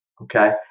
Okay